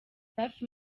safi